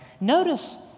Notice